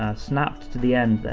ah snapped to the end there.